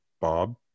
Bob